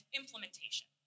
implementation